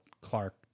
Clark